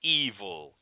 evil